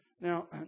Now